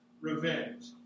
revenge